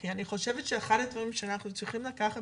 כי אחד הדברים שאנחנו צריכים לקחת